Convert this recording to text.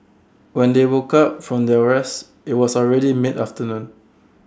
when they woke up from their rest IT was already midafternoon